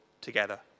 together